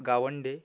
Gawande